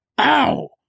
Ow